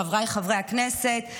חבריי חברי הכנסת,